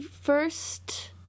first